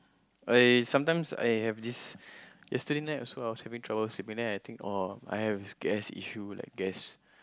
I sometimes I have this yesterday night also I was having trouble sleeping then I think oh I have this gas issue like gas